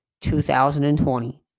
2020